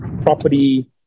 property